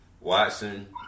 Watson